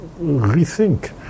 rethink